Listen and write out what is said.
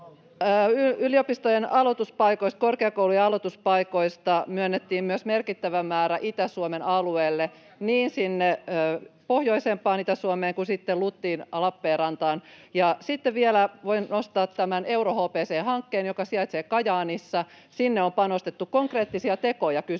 Yliopistojen aloituspaikoista, korkeakoulujen aloituspaikoista myönnettiin myös merkittävä määrä Itä-Suomen alueelle, niin sinne pohjoisempaan Itä-Suomeen kuin LUTiin Lappeenrantaan. Sitten vielä voin nostaa tämän EuroHPC-hankkeen, joka sijaitsee Kajaanissa. Sinne on panostettu. Kun konkreettisia tekoja kysyttiin,